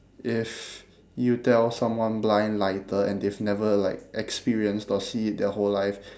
if you tell someone blind lighter and they've never like experienced or see it their whole life